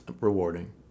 rewarding